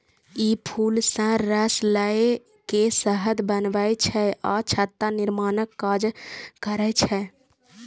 ई फूल सं रस लए के शहद बनबै छै आ छत्ता निर्माणक काज करै छै